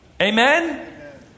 Amen